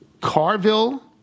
Carville